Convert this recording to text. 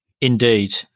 Indeed